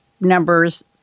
Numbers